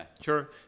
sure